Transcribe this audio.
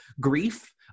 grief